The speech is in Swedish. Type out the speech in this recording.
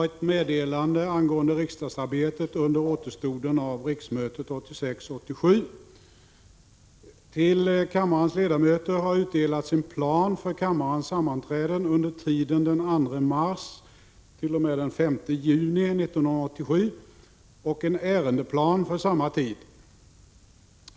Till kammarens ledamöter har utdelats en plan för kammarens sammanträden under tiden den 2 mars-den 5 juni 1987 och en ärendeplan för samma tid.